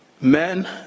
men